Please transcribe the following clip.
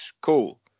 cool